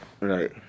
right